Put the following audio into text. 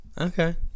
Okay